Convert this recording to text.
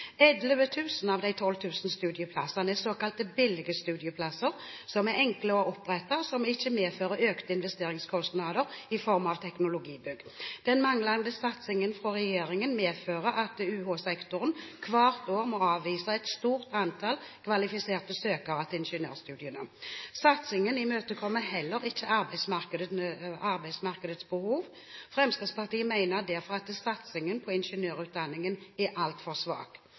av de 12 000 studieplassene er såkalt billige studieplasser, som er enkle å opprette, og som ikke medfører økte investeringskostnader i form av teknologibygg. Den manglende satsingen fra regjeringen medfører at UH-sektoren hvert år må avvise et stort antall kvalifiserte søkere til ingeniørstudiene. Satsingen imøtekommer heller ikke arbeidsmarkedets behov. Fremskrittspartiet mener derfor at satsingen på ingeniørutdanningen er altfor svak.